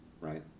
Right